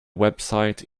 website